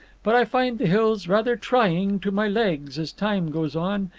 but i find the hills rather trying to my legs as time goes on,